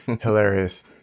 hilarious